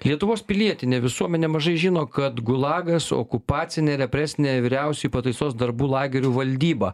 lietuvos pilietinė visuomenė mažai žino kad gulagas okupacinė represinė vyriausioji pataisos darbų lagerių valdyba